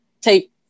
take